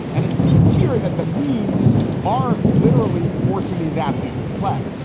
and it seems here that the means are literally forcing these athletes to play.